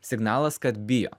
signalas kad bijo